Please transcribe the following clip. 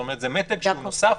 כלומר, זה מתג נוסף